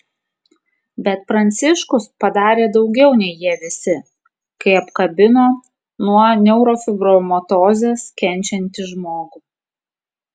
bet pranciškus padarė daugiau nei jie visi kai apkabino nuo neurofibromatozės kenčiantį žmogų